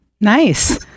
Nice